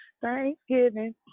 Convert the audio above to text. Thanksgiving